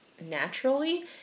naturally